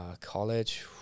college